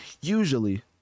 usually